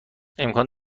امکان